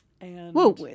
Whoa